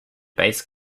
bass